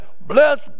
bless